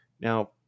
Now